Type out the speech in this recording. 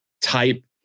type